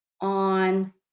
on